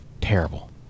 terrible